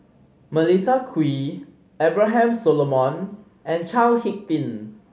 Melissa Kwee Abraham Solomon and Chao Hick Tin